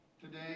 today